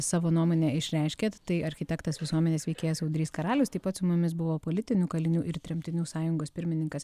savo nuomonę išreiškėt tai architektas visuomenės veikėjas audrys karalius taip pat su mumis buvo politinių kalinių ir tremtinių sąjungos pirmininkas